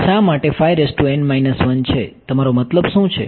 તે શા માટે છે તમારો મતલબ શું છે